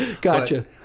Gotcha